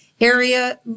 area